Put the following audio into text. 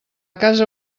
casa